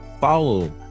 Follow